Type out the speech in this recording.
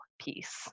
piece